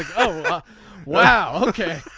oh wow. okay.